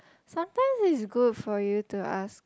sometimes is good for you to ask